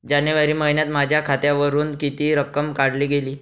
जानेवारी महिन्यात माझ्या खात्यावरुन किती रक्कम काढली गेली?